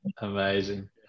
amazing